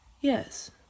Yes